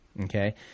Okay